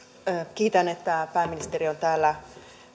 kiitän että pääministeri on täällä